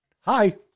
Hi